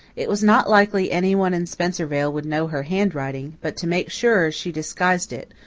it was not likely anyone in spencervale would know her handwriting, but, to make sure, she disguised it,